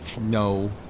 No